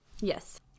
Yes